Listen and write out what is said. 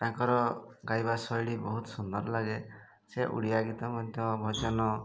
ତାଙ୍କର ଗାଇବା ଶୈଳୀ ବହୁତ ସୁନ୍ଦର ଲାଗେ ସେ ଓଡ଼ିଆ ଗୀତ ମଧ୍ୟ ଭଜନ